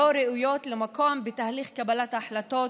לא ראויות למקום בתהליך קבלת ההחלטות,